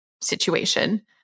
situation